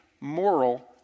moral